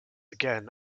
again